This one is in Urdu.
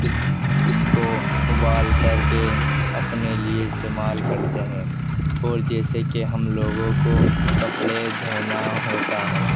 اس اس کو ابال کر کے اپنے لیے استعمال کرتے ہیں اور جیسے کہ ہم لوگوں کو کپڑے دھونا ہوتا ہے